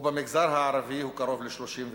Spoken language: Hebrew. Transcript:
ובמגזר הערבי הוא קרוב ל-34.